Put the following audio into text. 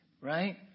Right